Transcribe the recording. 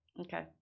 okay